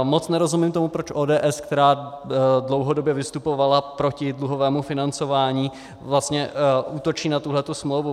Moc nerozumím tomu, proč ODS, která dlouhodobě vystupovala proti dluhovému financování, vlastně útočí na tuhle smlouvu.